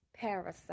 parasite